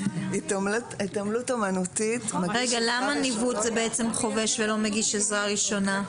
רגע, למה ניווט זה חובש ולא מגיש עזרה ראשונה?